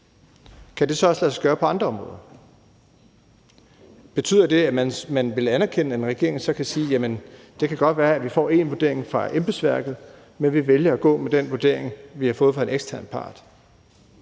kan det så også lade sig gøre på andre områder? Betyder det, at man vil anerkende, at en regering så kan sige: Jamen det kan godt kan være, at vi får én vurdering fra embedsværket, men vi vælger at gå med den vurdering, vi har fået fra en ekstern part?